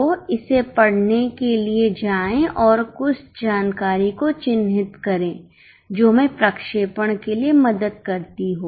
तो इसे पढ़ने के लिए जाएं और कुछ जानकारी को चिह्नित करें जो हमें प्रक्षेपण के लिए मदद करती हो